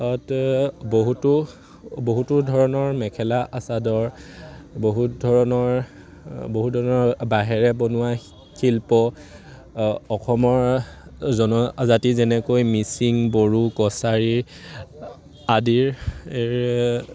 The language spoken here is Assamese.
বহুতো ধৰণৰ মেখেলা চাদৰ বহুত ধৰণৰ বহুত ধৰণৰ বাঁহেৰে বনোৱা শিল্প অসমৰ জনজাতি যেনেকৈ মিচিং বড়ো কছাৰী আদিৰ